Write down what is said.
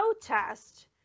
protest